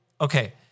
Okay